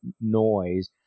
noise